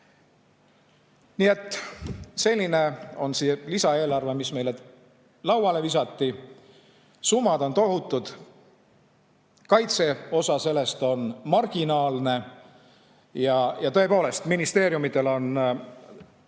Nii et selline on see lisaeelarve, mis meile lauale visati. Summad on tohutud, kaitseosa selles on marginaalne ja tõepoolest, ministeeriumidel on